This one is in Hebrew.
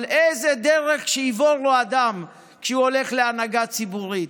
אבל איזו דרך יבור לו האדם כשהוא הולך להנהגה ציבורית?